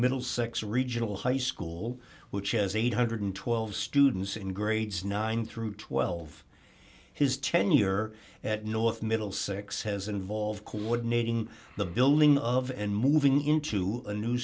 middlesex regional high school which has eight hundred and twelve students in grades nine through twelve his tenure at north middlesex has involved coordinating the building of and moving into a new